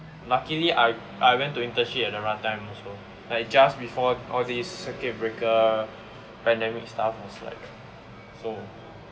luckily I I went to internship at the right time also just before all these circuit breaker pandemic stuff was like so